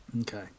Okay